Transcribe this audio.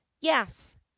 yes